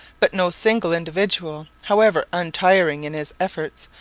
but no single individual, however untiring in his efforts,